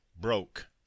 broke